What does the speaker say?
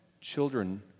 children